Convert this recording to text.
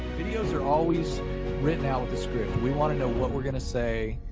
videos are always written out with a script. we want to know what we're gonna say.